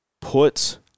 Put